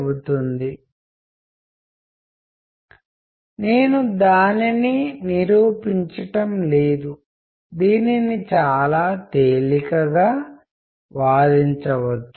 ప్రత్యేకించి covert communication ఎందుకంటే జనాలు మీకు కమ్యూనికేట్ చేయవద్దు అని అనుకున్నప్పుడు ఆవిషయాన్ని కనుగొనడం ఎప్పుడూ ఒక సవాలుగా ఉంటుంది